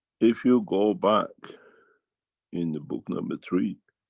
if you go back in the book number three,